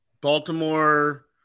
Baltimore